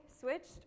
switched